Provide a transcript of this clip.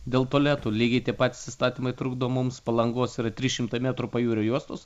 dėl tualetų lygiai tie patys įstatymai trukdo mums palangos yra trys šimtai metrų pajūrio juostos